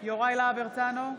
יוראי להב הרצנו,